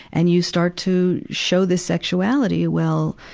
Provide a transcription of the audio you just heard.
and you start to show this sexuality. well,